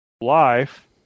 Life